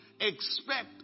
expect